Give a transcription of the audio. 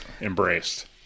embraced